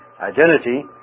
identity